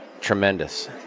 tremendous